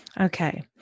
Okay